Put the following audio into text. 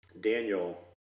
Daniel